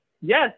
Yes